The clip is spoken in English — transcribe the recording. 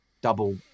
double